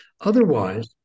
otherwise